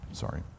sorry